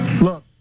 look